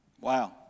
Wow